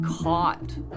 caught